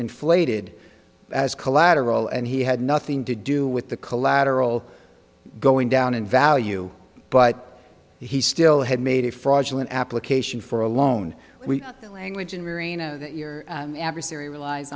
inflated as collateral and he had nothing to do with the collateral going down in value but he still had made a fraudulent application for a loan we language in reno your adversary relies